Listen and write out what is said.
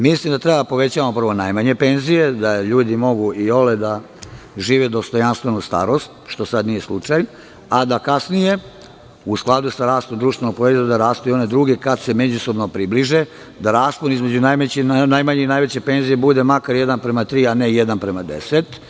Mislim da treba da povećavamo prvo najmanje penzije, da ljudi mogu iole da dožive dostojanstvenu starost, što sada nije slučaj, a da kasnije, u skladu sa rastom BDP, rastu i one druge, kada se međusobno približe da raspon između najmanje i najveće penzije bude makar 1:3, a ne 1:10.